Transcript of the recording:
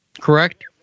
correct